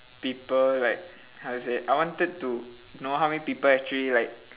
people like how to say I wanted to know how many people actually like